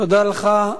תודה לך.